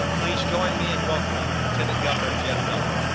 please join me in welcoming lieutenant governor jeff duncan.